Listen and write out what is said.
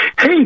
Hey